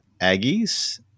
aggies